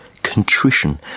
contrition